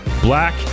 Black